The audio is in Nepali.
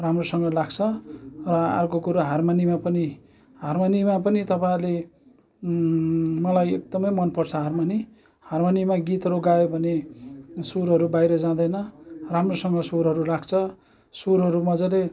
राम्रोसँग लाग्छ र अर्को कुरो हारमोनीमा पनि हारमोनीमा पनि तपाईँहरूले मलाई एकदमै मनपर्छ हारमनी हारमनीमा गीतहरू गायो भने सुरहरू बाहिर जाँदैन राम्रोसँग सुरहरू लाग्छ सुरहरू मज्जाले